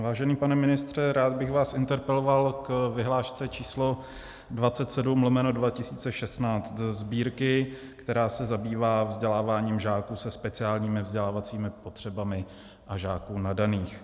Vážený pane ministře, rád bych vás interpeloval k vyhlášce číslo 27/2016 Sbírky, která se zabývá vzděláváním žáků se speciálními vzdělávacími potřebami a žáků nadaných.